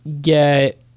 get